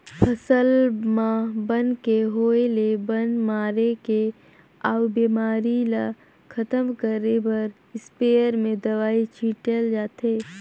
फसल म बन के होय ले बन मारे के अउ बेमारी ल खतम करे बर इस्पेयर में दवई छिटल जाथे